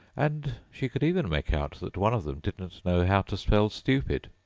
and she could even make out that one of them didn't know how to spell stupid,